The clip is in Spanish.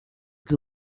que